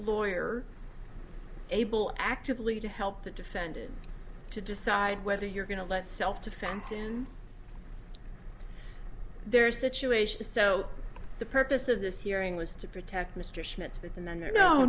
lawyer able actively to help the defendant to decide whether you're going to let self defense in their situations so the purpose of this hearing was to protect mr schmitz but the men are no